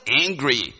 angry